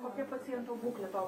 kokia paciento būklė to